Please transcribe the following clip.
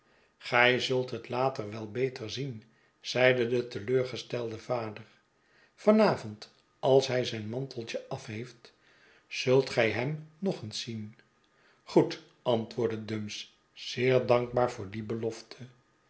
gij zult het later wel beter zien zeide de teleurgestelde vader van avond als hij zijn manteltje af heeft zult gij hem nog eens zien goed antwoordde dumps zeer dankbaar voor die belofte